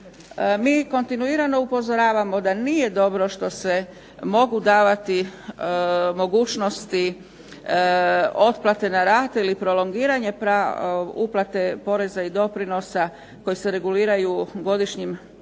Mi kontinuirano upozoravamo da nije dobro što se mogu davati mogućnosti otplate na rate ili prolongiranje uplate poreza i doprinosa koji se reguliraju godišnjim zakonima